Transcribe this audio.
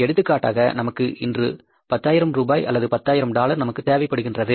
எடுத்துக்காட்டாக நமக்கு இன்று பத்தாயிரம் ரூபாய் அல்லது பத்தாயிரம் டாலர் நமக்கு தேவைப்படுகின்றது